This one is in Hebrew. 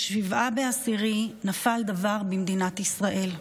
ב-7 באוקטובר נפל דבר במדינת ישראל.